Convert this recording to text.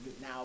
now